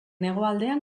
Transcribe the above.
hegoaldean